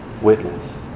witness